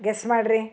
guess ಮಾಡ್ರಿ